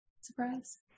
Surprise